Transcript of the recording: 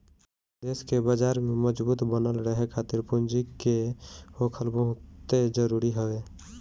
देस के बाजार में मजबूत बनल रहे खातिर पूंजी के होखल बहुते जरुरी हवे